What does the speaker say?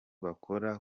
bakora